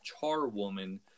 charwoman